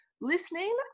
listening